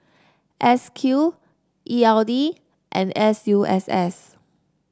S Q E L D and S U S S